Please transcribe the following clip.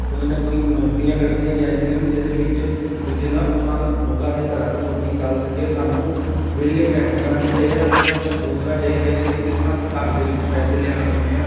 ਕੋਈ ਨਾ ਕੋਈ ਨੌਕਰੀਆਂ ਕੱਢਣੀਆਂ ਚਾਹੀਦੀਆਂ ਹਨ ਜਿਹਦੇ ਵਿੱਚ ਜਿਹਨਾਂ ਉਹਨਾਂ ਲੋਕਾਂ ਦੇ ਘਰਾਂ ਦੀ ਰੋਟੀ ਚੱਲ ਸਕੇ ਸਾਨੂੰ ਵਿਹਲੇ ਬੈਠਣਾ ਨਹੀਂ ਚਾਹੀਦਾ ਕੁਛ ਨਾ ਕੁਛ ਸੋਚਣਾ ਚਾਹੀਦਾ ਕਿ ਅਸੀਂ ਕਿਸ ਤਰ੍ਹਾਂ ਘਰ ਦੇ ਵਿੱਚ ਪੈਸੇ ਲਿਆ ਸਕਦੇ ਹਾਂ